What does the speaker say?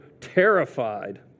terrified